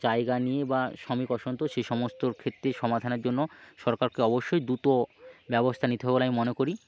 জায়গা নিয়ে বা শমিক অসন্তোষ সেই সমস্তর ক্ষেত্রে সমাধানের জন্য সরকারকে অবশ্যই দুটো ব্যবস্থা নিতে হবে বলে আমি মনে করি